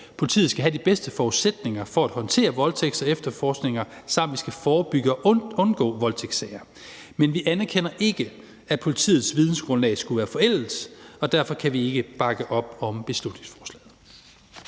Politiet skal have de bedste forudsætninger for at håndtere voldtægtssager og efterforskninger, og vi skal forebygge og undgå voldtægtssager. Men vi anerkender ikke, at politiets vidensgrundlag skulle være forældet, og derfor kan vi ikke bakke op om beslutningsforslaget.